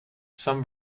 some